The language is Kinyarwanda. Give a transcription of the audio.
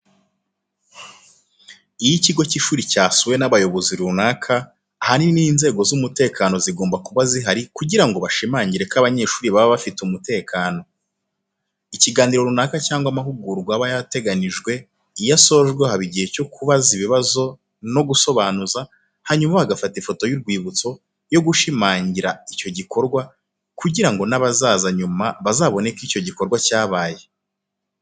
Iyo ikigo cy'ishuri cyasuwe n'abayobozi runaka, ahanini n'inzego z'umutekano zigomba kuba zihari kugira ngo bashimangire ko abanyeshuri baba bafite umutekano. Ikiganiro runaka cyangwa amahugurwa aba yateganijwe iyo asoje habaho igihe cyo kubaza ibibazo no gusobanuza, hanyuma bagafata ifoto y'urwibutso yo gushimangira icyo gikorwa kugira ngo n'abazaza nyuma bazabone ko icyo gikorwa cyabaye.